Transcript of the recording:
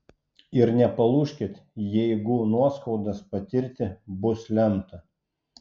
ir nepalūžkit jeigu nuoskaudas patirti bus lemta